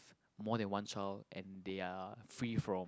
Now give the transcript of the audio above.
more than one child and they are free from